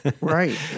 right